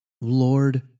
Lord